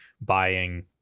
buying